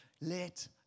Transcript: let